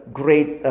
great